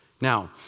Now